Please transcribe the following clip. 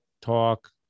talk